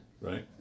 Right